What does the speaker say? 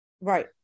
right